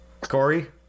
Corey